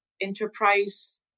enterprise